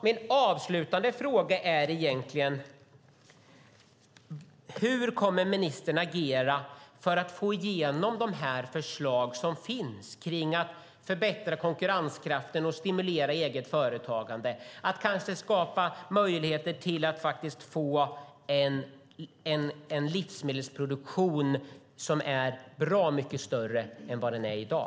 Min avslutande fråga är: Hur kommer ministern att agera för att få igenom de förslag som finns om att förbättra konkurrenskraften och stimulera eget företagande, att kanske skapa möjligheter till att få en livsmedelsproduktion som är bra mycket större än den är i dag.